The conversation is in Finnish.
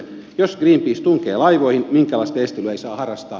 jos greenpeace tunkee laivoihin minkäänlaista estelyä ei saa harrastaa